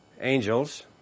angels